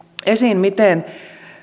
esiin miten